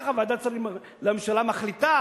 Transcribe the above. ככה ועדת שרים לממשלה מחליטה,